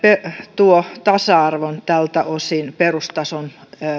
tuo tasa arvon tältä osin perustason